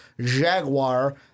Jaguar